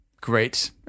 Great